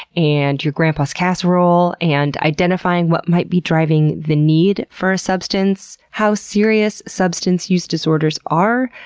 and your grandpa's casserole, and identifying what might be driving the need for a substance, how serious substance use disorders are,